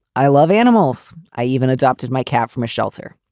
i love animals. i even adopted my cat from a shelter.